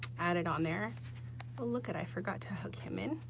added on there, oh look at, i forgot to hook him in,